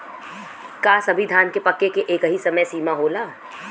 का सभी धान के पके के एकही समय सीमा होला?